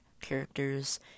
characters